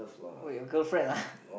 wait your girlfriend ah